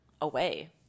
away